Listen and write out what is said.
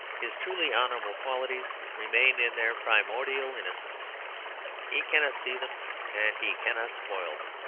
his truly honourable qualities remain in their primordial innocence he cannot see them and he cannot spoil them.